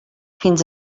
fins